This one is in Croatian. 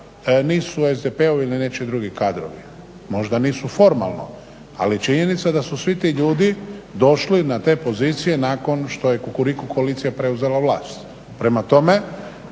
nisu SDP-ovi ili nečiji drugi kadrovi. Možda nisu formalno, ali činjenica je da su svi ti ljudi došli na te pozicije nakon što je Kukuriku koalicija preuzela vlast. Prema tome,